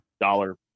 dollar